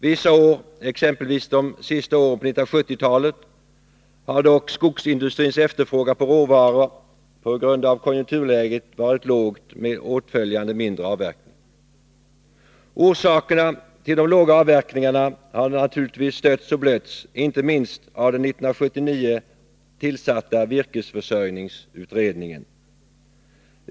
Vissa år, exempelvis de sista åren på 1970-talet, har dock skogsindustrins efterfrågan på råvara på grund av konjunkturläget varit låg, med åtföljande mindre avverkning. Orsakerna till de låga avverkningarna har naturligtvis stötts och blötts, inte minst av den 1979 tillsatta virkesförsörjningsutredningen.